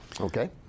Okay